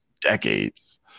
decades